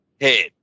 head